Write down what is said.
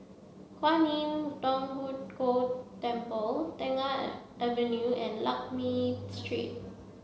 Kwan Im Thong Hood Cho Temple Tengah Avenue and Lakme Street